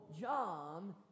John